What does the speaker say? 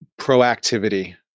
Proactivity